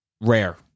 rare